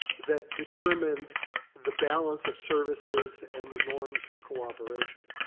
that determined the balance of services and the norms for cooperation.